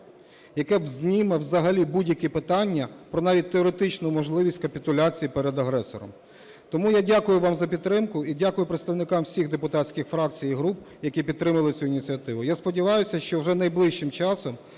яка зніме взагалі будь-які питання про навіть теоретичну можливість капітуляцію перед агресором. Тому я дякую вам за підтримку і дякую представникам всіх депутатських фракцій і груп, які підтримали цю ініціативу. Я сподіваюся, що вже найближчим часом